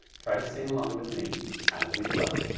try to sing along with me as we play.